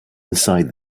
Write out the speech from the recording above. inside